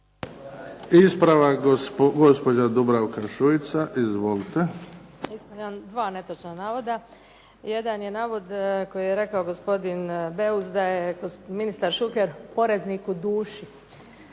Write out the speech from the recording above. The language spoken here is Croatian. Ispravak gospođa Dubravka Šuica. Izvolite. **Šuica, Dubravka (HDZ)** Ispravljam dva netočna navoda. Jedan je navod koji je rekao gospodin Beus da je ministar Šuker poreznik u duši.